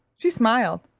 she smiled,